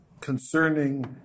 concerning